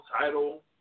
title